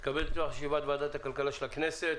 אני מתכבד לפתוח את ישיבת ועדת הכלכלה של הכנסת,